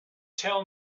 tell